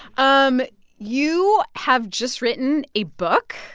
um you have just written a book.